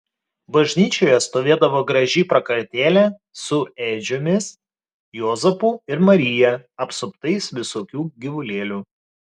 bažnyčioje stovėdavo graži prakartėlė su ėdžiomis juozapu ir marija apsuptais visokių gyvulėlių